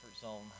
zone